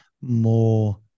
more